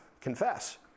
confess